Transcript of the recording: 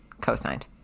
Co-signed